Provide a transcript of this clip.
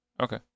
Okay